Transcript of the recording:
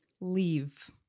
Leave